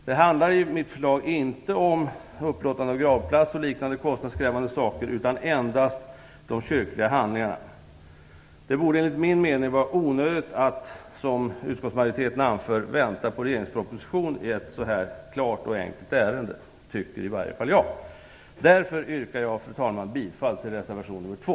Det handlar ju inte om upplåtande av gravplats och sådana kostnadskrävande saker utan endast om de kyrkliga handlingarna. Det borde enligt min mening vara onödigt att, som utskottsmajoriten anför, vänta på en regeringsproposition i ett så klart och enkelt ärende. Därför, fru talman, yrkar jag bifall till reservation nr 2.